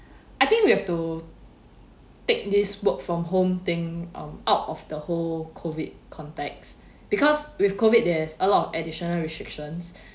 I think we have to take this work from home thing um out of the whole COVID context because with COVID there's a lot of additional restrictions